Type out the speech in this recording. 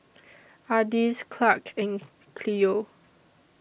Ardis Clarke and Cleo